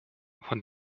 von